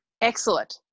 excellent